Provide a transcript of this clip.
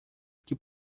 que